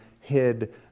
hid